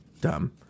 dumb